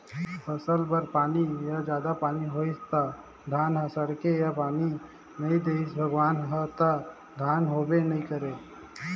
फसल बर कम पानी या जादा पानी होइस त धान ह सड़गे या पानी नइ दिस भगवान ह त धान होबे नइ करय